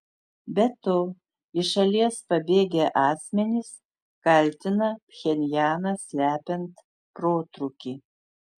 be to iš šalies pabėgę asmenys kaltina pchenjaną slepiant protrūkį